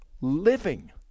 living